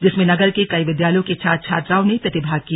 जिसमें नगर के कई विद्यालयों के छात्र छात्राओं ने प्रतिभाग किया